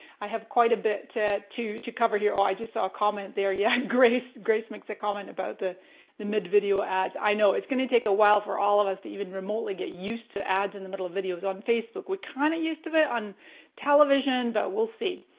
i have quite a bit to to cover here. oh, i just saw a comment there, yeah, grace grace makes a comment about the the mid video ads. i know, it's gonna take awhile for all of us to even remotely get used to ads in the middle of videos on facebook. we're kind of used to it on television but we'll see.